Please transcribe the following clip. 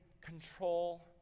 control